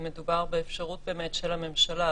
מדובר באפשרות של הממשלה,